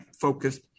focused